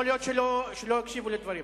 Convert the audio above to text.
יכול להיות שלא הקשיבו לדברים.